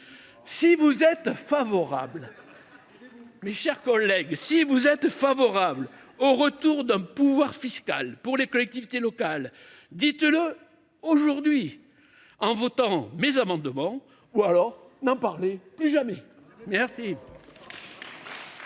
Si vous êtes favorables, mes chers collègues, au rétablissement d’un pouvoir fiscal pour les collectivités locales, dites le aujourd’hui en votant mes amendements, ou alors n’en parlez plus jamais !